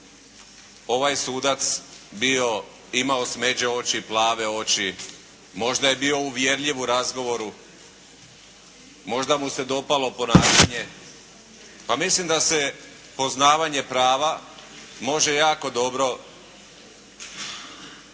ovaj sudac bio, imao smeđe oči, plave oči. Možda je bio uvjerljiv u razgovoru, možda mu se dopalo ponašanje. Pa mislim da se poznavanje prava može jako dobro